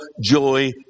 joy